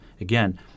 Again